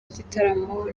gitaramo